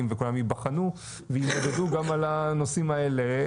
וכולם ייבחנו וימדדו גם על הנושאים האלה.